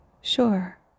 Sure